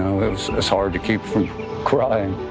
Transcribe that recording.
know. it was was hard to keep from crying.